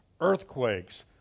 earthquakes